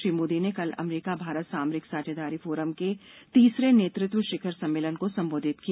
श्री मोदी ने कल अमरीका भारत सामरिक साझेदारी फोरम के तीसरे नेतृत्व शिखर सम्मेलन को संबोधित किया